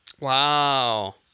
Wow